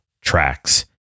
tracks